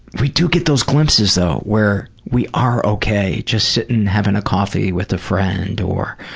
we do get those glimpses, though, where we are okay just sitting having a coffee with a friend or,